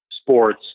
sports